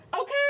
okay